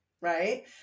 right